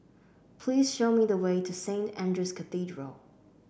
please show me the way to Saint Andrew's Cathedral